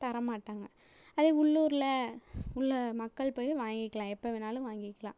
தரமாட்டாங்கள் அதே உள்ளூர்ல உள்ள மக்கள் போய் வாங்கிக்கலாம் எப்போ வேணாலும் வாங்கிக்கலாம்